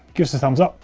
give us a thumbs up.